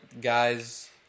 guys